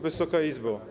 Wysoka Izbo!